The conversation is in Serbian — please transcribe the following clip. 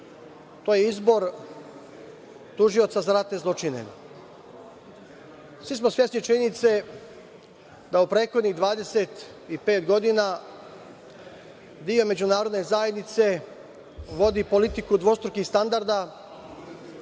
To je izbor tužioca za ratne zločine. Svi smo svesni činjenice da u prethodnih 25 godina deo međunarodne zajednice vodi politiku dvostrukih standarda